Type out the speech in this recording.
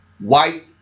white